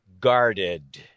guarded